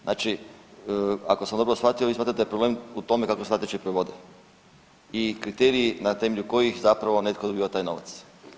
Znači, ako sam dobro shvatio vi smatrate da je problem u tome kako se natječaji provode i kriteriji na temelju kojih zapravo netko dobiva taj novac.